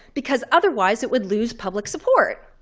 because otherwise, it would lose public support.